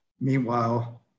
Meanwhile